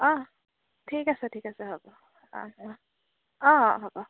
অঁ ঠিক আছে ঠিক আছে হ'ব অঁ অঁ অঁ হ'ব